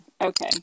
okay